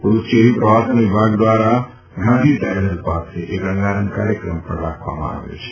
પુડુચ્ચેરી પ્રવાસન વિભાગ દ્વારા ગાંધી ટાઇડલ પાસે એક રંગારંગ કાર્યક્રમ પણ રાખવામાં આવ્યો છે